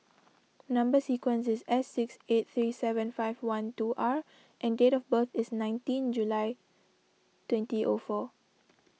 Number Sequence is S six eight three seven five one two R and date of birth is nineteen July twenty O four